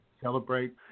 Celebrate